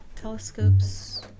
telescopes